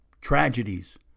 tragedies